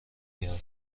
گردم